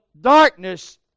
darkness